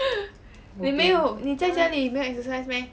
你没有你在家里没有 exercise meh